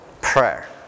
prayer